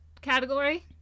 category